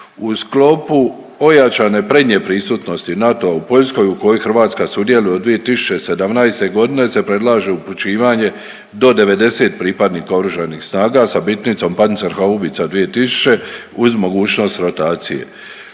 U sklopu ojačane prednje prisutnosti NATO-a u Poljskoj u kojoj Hrvatska sudjeluje od 2017.g. se predlaže upućivanje do 90 pripadnika Oružanih snaga sa bitnicom Panzerhaubitze 2000 uz mogućnost rotacije.